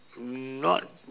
not